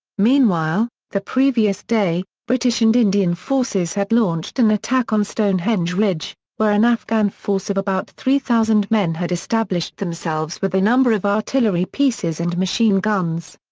meanwhile, the previous day, british and indian forces had launched an attack on stonehenge ridge, where an afghan force of about three thousand men had established themselves with a number of artillery pieces and machine guns.